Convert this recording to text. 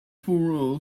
for